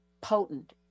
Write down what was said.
potent